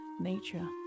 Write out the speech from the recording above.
nature